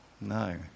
no